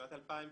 שנת 2009